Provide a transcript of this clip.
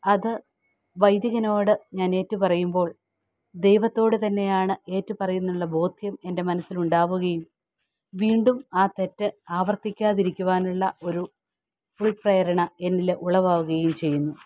അത് വൈദികനോട് ഞാനേറ്റുപറയുമ്പോൾ ദൈവത്തോട് തന്നെയാണ് ഏറ്റു പറയുന്നതെന്നുള്ള ബോധ്യം എൻ്റെ മനസ്സിനുണ്ടാവുകയും വീണ്ടും ആ തെറ്റ് ആവർത്തിക്കാതിരിക്കുവാനുള്ള ഒരു ഉൾപ്രേരണ എന്നിൽ ഉളവാകുകയും ചെയ്യുന്നു